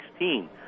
2016